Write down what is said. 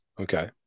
okay